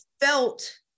felt